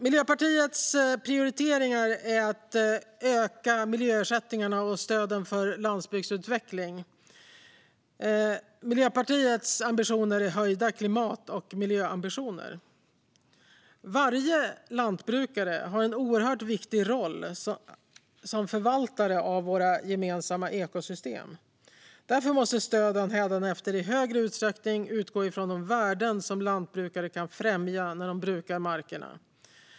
Miljöpartiets prioriteringar är att öka miljöersättningarna och stöden för landsbygdsutveckling. Miljöpartiets mål är höjda klimat och miljöambitioner. Varje lantbrukare har en oerhört viktig roll som förvaltare av våra gemensamma ekosystem. Därför måste stöden hädanefter i högre utsträckning utgå från de värden som lantbrukare kan främja när de brukar markerna.